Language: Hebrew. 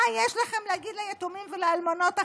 מה יש לכם להגיד ליתומים ולאלמנות החדשים?